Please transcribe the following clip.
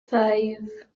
five